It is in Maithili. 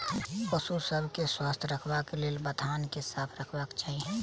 पशु सभ के स्वस्थ रखबाक लेल बथान के साफ रखबाक चाही